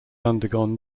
undergone